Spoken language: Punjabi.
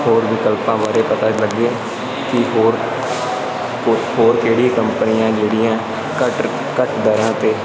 ਹੋਰ ਵਿਕਲਪਾਂ ਬਾਰੇ ਪਤਾ ਲੱਗੇ ਕਿ ਹੋਰ ਹੋਰ ਹੋਰ ਕਿਹੜੀਆਂ ਕੰਪਨੀਆਂ ਜਿਹੜੀਆਂ ਘੱਟ ਘੱਟ ਦਰਾਂ 'ਤੇ